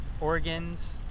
Organs